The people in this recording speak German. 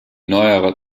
neuerer